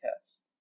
test